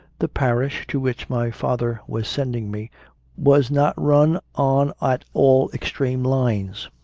the parish to which my father was sending me was not run on at all extreme lines.